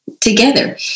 together